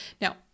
Now